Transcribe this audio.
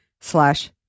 slash